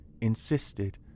insisted